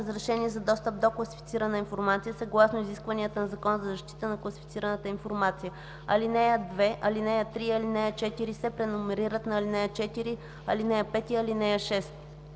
разрешение за достъп до класифицирана информация съгласно изискванията на Закона за защита на класифицираната информация. 2. Алинея 2, ал. 3 и ал. 4 се преномерират на ал. 4, ал. 5, и ал. 6.”